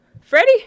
Freddie